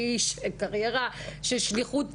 שהיא קריירה של שליחות